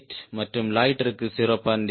8 மற்றும் லொய்ட்டருக்கு 0